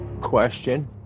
Question